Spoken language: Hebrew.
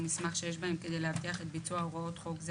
מסמך שיש בהם כדי להבטיח את ביצוע הוראות חוק זה